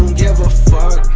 give a fuck